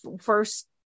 first